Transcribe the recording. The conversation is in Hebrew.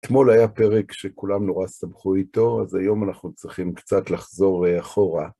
אתמול היה פרק שכולם נורא שמחו איתו, אז היום אנחנו צריכים קצת לחזור לאחורה.